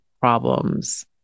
problems